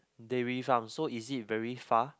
Dairy-Farm so is it very far